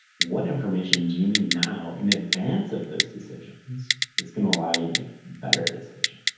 what information do you need now in advance of those decisions that's gonna allow you to make better decisions?